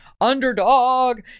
underdog